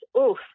oof